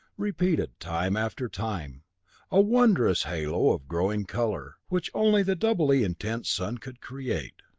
repeated time after time a wondrous halo of glowing color, which only the doubly intense sun could create.